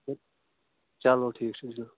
چَلو ٹھیٖک چھِ جِناب